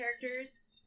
characters